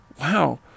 Wow